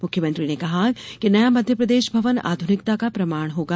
मुख्यमंत्री ने कहा कि नया मध्यप्रदेश भवन आधुनिकता का प्रमाण होगा